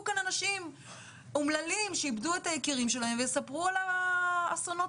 כאן אנשים אומללים שאיבדו את היקרים להם ויספרו על האסונות,